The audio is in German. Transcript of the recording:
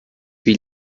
wie